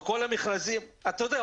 אתה יודע,